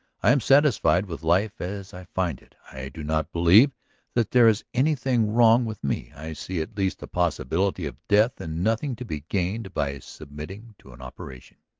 i am satisfied with life as i find it i do not believe that there is anything wrong with me i see at least the possibility of death and nothing to be gained by submitting to an operation.